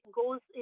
goes